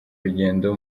rugendo